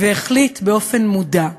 והחליט באופן מודע,